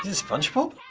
spongebob?